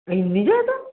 ਇੰਨੀ ਜ਼ਿਆਦਾ